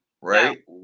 right